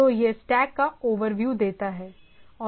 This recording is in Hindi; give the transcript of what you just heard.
तो यह स्टैक का ओवरव्यू देता है